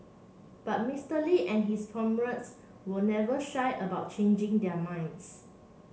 but Mister Lee and his were never shy about changing their minds